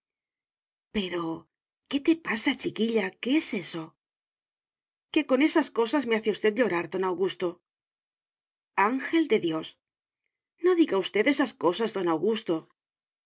pero qué te pasa chiquilla qué es eso que con esas cosas me hace usted llorar don augusto ángel de dios no diga usted esas cosas don augusto